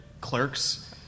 clerks